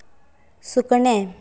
सुकणें